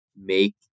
make